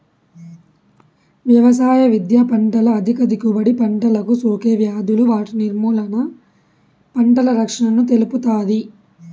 వ్యవసాయ విద్య పంటల అధిక దిగుబడి, పంటలకు సోకే వ్యాధులు వాటి నిర్మూలన, పంటల రక్షణను తెలుపుతాది